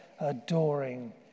adoring